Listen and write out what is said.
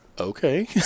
okay